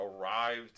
arrived